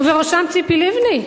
ובראשם ציפי לבני,